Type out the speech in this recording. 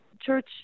church